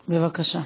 בבקשה.